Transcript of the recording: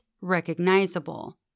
recognizable